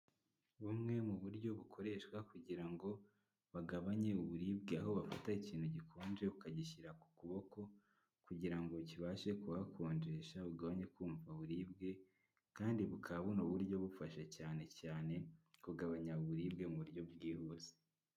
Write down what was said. Bumwe mu buryo bukoreshwa kugira ngo bagabanye uburibwe, aho bafata ikintu gikonje ukagishyira ku kuboko kugira ngo kibashe kuhakonjesha ugabanye kumva uburibwe kandi bukaba buno buryo bufasha cyane cyane kugabanya uburibwe mu buryo bwihuse.